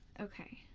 Okay